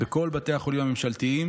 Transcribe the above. בכל בתי החולים הממשלתיים.